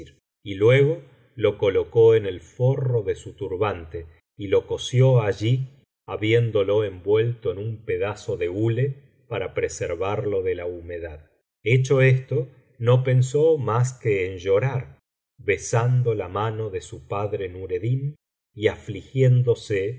y luego lo colocó en el forro de su turbante y lo cosió allí habiéndolo envuelto en un pedazo de hule para preservarlo de la humedad hecho esto no pensó mas que en llorar besando la mano de su padre nureddin y afligiéndose al